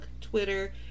Twitter